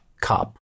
Cup